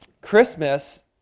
Christmas